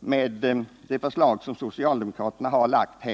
med det förslag som socialdemokraterna lagt.